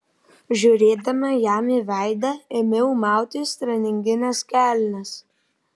žiūrėdama jam į veidą ėmiau mautis treningines kelnes